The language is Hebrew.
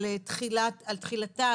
על תחילתה,